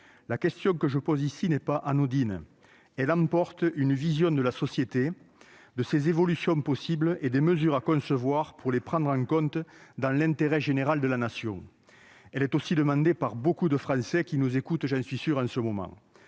La question que je pose ici n'est pas anodine. Elle emporte une vision de la société, de ses évolutions possibles et des mesures à concevoir pour les prendre en compte dans l'intérêt général de la Nation. C'est aussi une préoccupation pour beaucoup de Français, qui, j'en suis sûr, nous écoutent